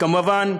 כמובן,